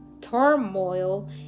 turmoil